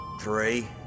three